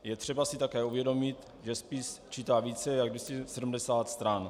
Je třeba si také uvědomit, že spis čítá více jak 270 stran.